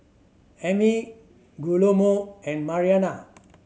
Ami Guillermo and Mariana